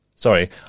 Sorry